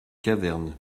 cavernes